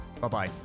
Bye-bye